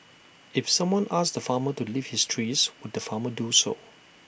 if someone asked the farmer to leave his trees would the farmer do so